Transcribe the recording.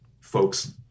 folks